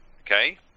okay